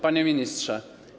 Panie Ministrze!